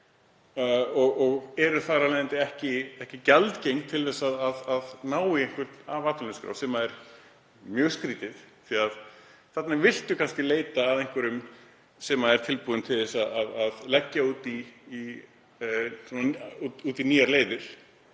og eru þar af leiðandi ekki gjaldgeng til að ná í einhvern af atvinnuleysisskrá, sem er mjög skrýtið því að þarna vill maður kannski leita að einhverjum sem er tilbúinn til að leggja út í nýjar leiðir,